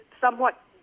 somewhat